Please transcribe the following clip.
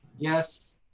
yes,